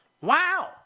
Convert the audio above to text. Wow